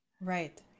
Right